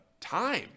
time